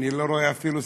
אני לא רואה אפילו שרים,